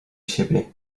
siebie